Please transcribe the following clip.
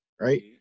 right